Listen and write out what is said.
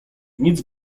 nic